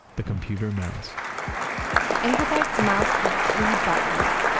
the computer mouse engelbart's mouse had three buttons,